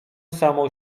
samą